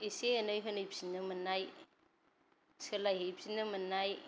एसे एनै होनैफिननो मोननाय सोलायहैफिनो मोननाय